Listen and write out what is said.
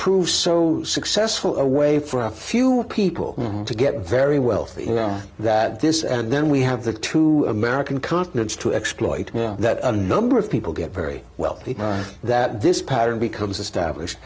proves so successful a way for a few people to get very wealthy that this and then we have the two american continents to exploit that a number of people get very wealthy that this pattern becomes established